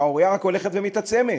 השערורייה רק הולכת ומתעצמת,